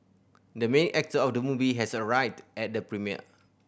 the main actor of the movie has arrived at the premiere